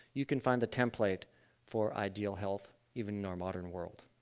you can find the template for ideal health, even in our modern world.